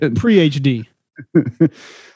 pre-HD